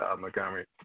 Montgomery